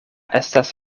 estas